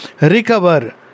recover